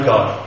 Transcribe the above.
God